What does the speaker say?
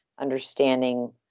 Understanding